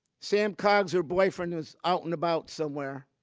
sam coggs, her boyfriend, was out and about somewhere.